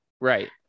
right